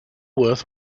worth